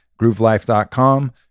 groovelife.com